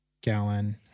gallon